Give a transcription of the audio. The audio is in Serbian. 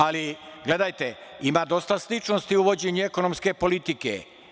Ali, gledajte ima dosta sličnosti u vođenju ekonomske politike.